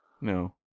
no